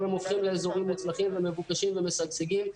הם הופכים לאזורים מוצלחים מבוקשים ומשגשגים.